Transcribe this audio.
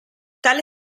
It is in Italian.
tale